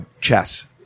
chess